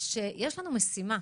שיש לנו משימה,